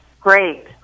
Great